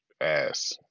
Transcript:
ass